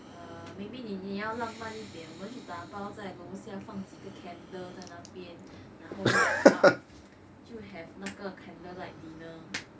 uh maybe 你要浪漫冷一点我们去打包在楼下放几个 candle 在那边然后 light up 就 have 那个 candlelight dinner you have 那个 candlelight dinner